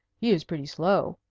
he is pretty slow,